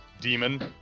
demon